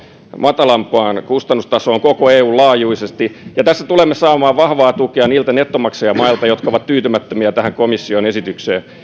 matalampaan kustannustasoon koko eun laajuisesti tässä tulemme saamaan vahvaa tukea niiltä nettomaksajamailta jotka ovat tyytymättömiä tähän komission esitykseen